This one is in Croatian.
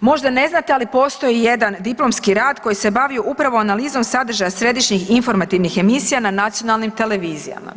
Možda ne znate, ali postoji jedan diplomski rad koji se bavio upravo analizom sadržaja središnjih informativnih emisija na nacionalnim televizijama,